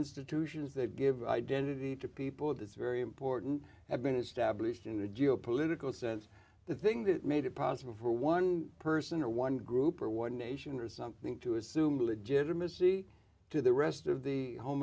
institutions that give identity to people it is very important have been established in a geo political sense the thing that made it possible for one person or one group or one nation or something to assume legitimacy to the rest of the home